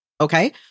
Okay